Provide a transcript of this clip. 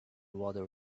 water